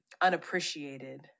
unappreciated